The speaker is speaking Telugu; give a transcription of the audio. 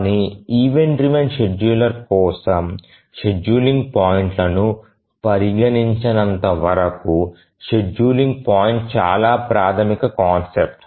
కానీ ఈవెంట్ డ్రివెన షెడ్యూలర్ల కోసం షెడ్యూలింగ్ పాయింట్లను పరిగణించినంత వరకు షెడ్యూలింగ్ పాయింట్ చాలా ప్రాథమిక కాన్సెప్ట్